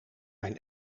mijn